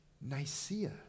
Nicaea